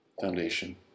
foundation